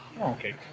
Okay